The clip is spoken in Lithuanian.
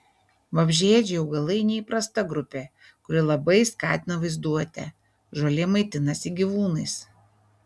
vabzdžiaėdžiai augalai neįprasta grupė kuri labai skatina vaizduotę žolė maitinasi gyvūnais